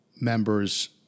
members